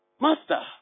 Master